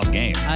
game